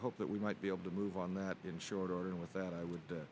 hope that we might be able to move on that in short order and with that i would